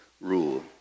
rule